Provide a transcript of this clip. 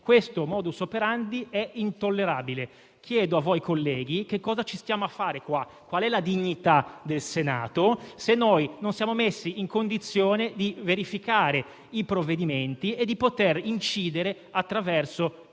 Questo *modus operandi* è intollerabile. Chiedo a voi colleghi che cosa ci stiamo a fare qua: qual è la dignità del Senato, se non siamo messi in condizione di verificare i provvedimenti e di incidere attraverso